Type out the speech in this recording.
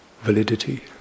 validity